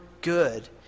good